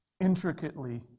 intricately